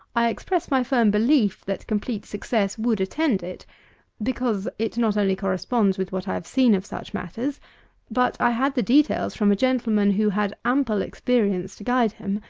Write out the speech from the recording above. i express my firm belief, that complete success would attend it because it not only corresponds with what i have seen of such matters but i had the details from a gentleman who had ample experience to guide him,